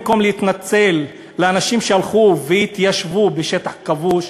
במקום להתנצל לפני אנשים שהלכו והתיישבו בשטח כבוש,